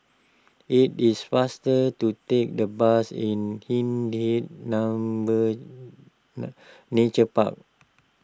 it is faster to take the bus in Hindhede Number Nature Park